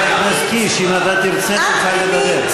חבר הכנסת קיש, אם אתה תרצה תוכל לדבר.